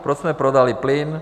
Proč jsme prodali plyn?